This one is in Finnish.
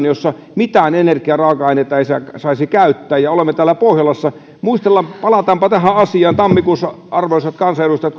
jossa mitään energiaraaka aineita ei saisi käyttää ja olemme täällä pohjolassa niin palataanpa tähän asiaan tammikuussa arvoisat kansanedustajat